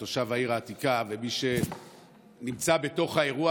כתושב העיר העתיקה וכמי שנמצא בתוך האירוע